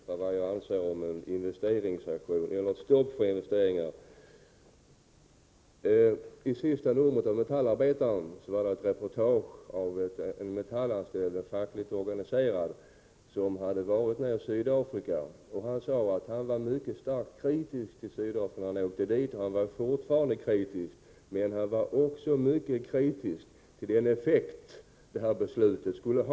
Herr talman! Jag skall inte upprepa vad jag anser om investeringsaktionen och stoppet för investeringar. I det senaste numret av Metallarbetaren finns ett reportage av en fackligt organiserad metallarbetare, som har besökt Sydafrika. Han var mycket kritisk mot Sydafrika innan han åkte dit, och han var fortfarande kritisk. Men han var också mycket kritisk mot detta beslut med tanke på de effekter som det skulle få.